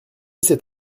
cet